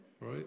right